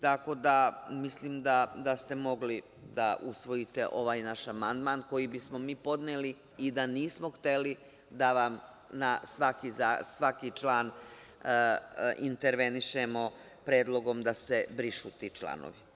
Tako da, mislim da ste mogli da usvojite ovaj naš amandman, koji bismo mi podneli i da nismo hteli da vam na svaki član intervenišemo predlogom da se brišu ti članovi.